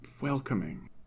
welcoming